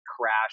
crash